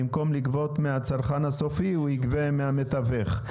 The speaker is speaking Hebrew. במקום לגבות מהצרכן הסופי הוא יגבה מהמתווך.